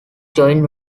joint